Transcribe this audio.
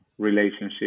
relationship